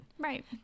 Right